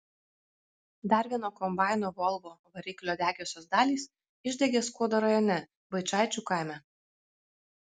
dar vieno kombaino volvo variklio degiosios dalys išdegė skuodo rajone vaičaičių kaime